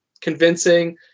convincing